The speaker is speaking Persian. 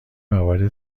موارد